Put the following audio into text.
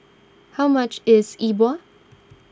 how much is E Bua